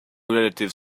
relative